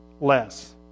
less